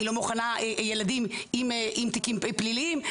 היא לא מוכנה ילדים עם תיקים פליליים,